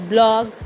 Blog